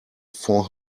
four